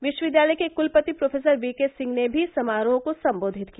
विश्वविद्यालय के कुलपति प्रोफेसर वीके सिंह ने भी समारोह को सम्बोधित किया